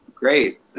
Great